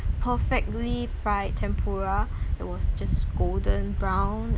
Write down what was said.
perfectly fried tempura it was just golden brown